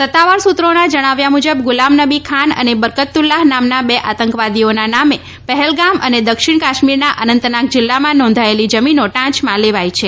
સત્તાવાર સૂત્રોના જણાવ્યા મુજબ ગુલાબનબી ખાન અને બરકતુલ્લાહ નામના બે આતંકવાદીઓના નામે પહલગામ અને દક્ષિણ કાશ્મીરના અનંતનાગ જિલ્લામાં નોંધાયેલી જમીનો ટાંચમાં લેવાઈ છે